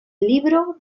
libro